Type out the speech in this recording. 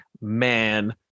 man